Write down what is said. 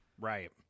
Right